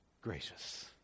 gracious